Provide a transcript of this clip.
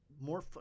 more